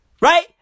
Right